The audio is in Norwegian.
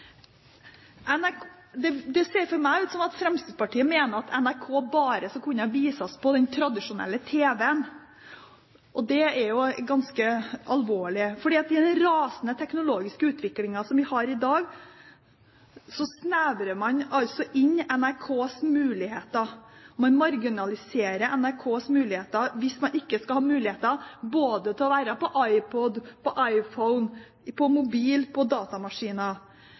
NRK som allmennkringkaster. Det ser for meg ut som at Fremskrittspartiet mener at NRK bare skal kunne vises på den tradisjonelle tv-en. Det er jo ganske alvorlig, for med den teknologiske utviklingen vi har i dag, som raser av gårde, snevrer man da inn NRKs muligheter. Man marginaliserer NRKs muligheter hvis man ikke skal ha mulighet til å være på iPod, iPhone, mobiltelefoner og datamaskiner. Vi mener at NRK skal følge med i